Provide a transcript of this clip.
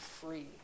free